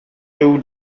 two